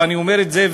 ואני אומר את זה,